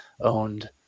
owned